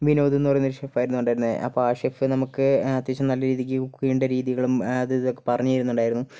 വിനോദെന്ന് പറയുന്ന ഒരു ഷെഫ് ആയിരുന്നു ഉണ്ടായിരുന്നത് അപ്പോൾ ആ ഷെഫ് നമുക്ക് അത്യാവശ്യം നല്ല രീതിക്ക് കുക്ക് ചെയ്യേണ്ട രീതികളും അതുമിതുമൊക്കെ പറഞ്ഞുതരുന്നുണ്ടായിരുന്നു